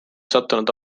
sattunud